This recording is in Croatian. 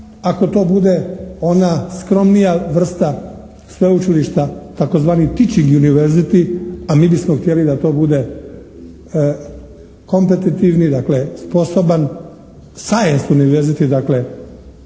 ako to bude ona skromnija vrsta sveučilišta tzv. teacheng university a mi bismo htjeli da to bude kompetitivni dakle sposoban …/Govornik